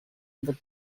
able